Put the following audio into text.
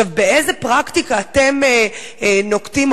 באיזו פרקטיקה אתם נוקטים,